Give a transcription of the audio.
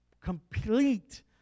complete